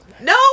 No